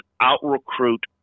out-recruit